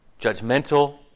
judgmental